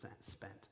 spent